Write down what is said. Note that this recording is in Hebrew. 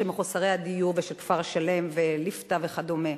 מחוסרי הדיור ושל כפר-שלם וליפתא וכדומה.